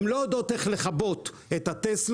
הם לא יודעים איך לכבות את הטסלות,